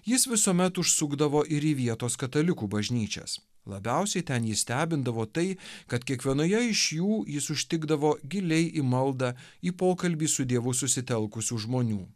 jis visuomet užsukdavo ir į vietos katalikų bažnyčias labiausiai ten jį stebindavo tai kad kiekvienoje iš jų jis užtikdavo giliai į maldą į pokalbį su dievu susitelkusių žmonių